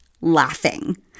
laughing